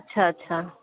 अच्छा अच्छा